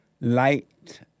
light